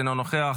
אינו נוכח,